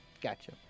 Gotcha